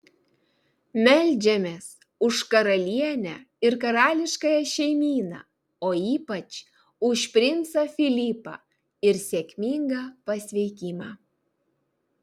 meldžiamės už karalienę ir karališkąją šeimyną o ypač už princą filipą ir sėkmingą pasveikimą